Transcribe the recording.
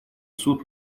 суд